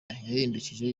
yahindukiye